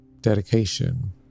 dedication